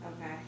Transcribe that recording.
Okay